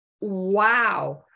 wow